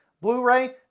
Blu-ray